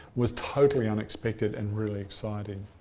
was totally unexpected and really exciting.